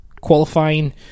qualifying